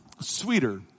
sweeter